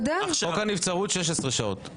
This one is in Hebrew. חוק הנבצרות 16 שעות.